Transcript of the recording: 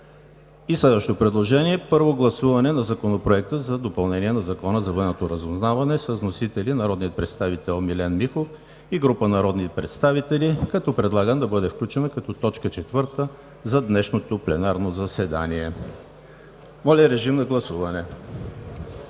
И следващо предложение: Първо гласуване на Законопроекта за допълнение на Закона за военното разузнаване с вносители народният представител Милен Михов и група народни представители. Предлагам да бъде включен като точка четвърта за днешното пленарно заседание. Моля, режим на гласуване.